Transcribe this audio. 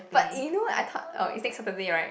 but you know I thought orh it's next Saturday right